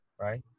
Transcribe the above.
Right